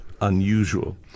unusual